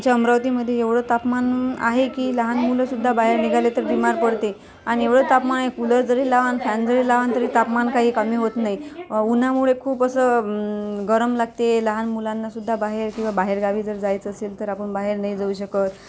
आमच्या अमरावतीमध्ये एवढं तापमान आहे की लहान मुलं सुद्धा बाहेर निघाले तर बिमार पडतील आणि एवढं तापमान आहे कुलर जरी लावन फॅन जरी लावन तरी तापमान काही कमी होत नाही उन्हामुळे खूप असं गरम लागते लहान मुलांना सुद्धा बाहेर किंवा बाहेरगावी जर जायचं असेल तर आपण बाहेर नाही जाऊ शकत